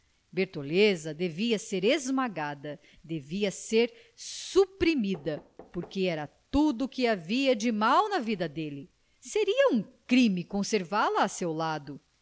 bertoleza devia ser esmagada devia ser suprimida porque era tudo que havia de mau na vida dele seria um crime conservá-la a seu lado